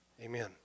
Amen